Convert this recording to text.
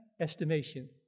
estimation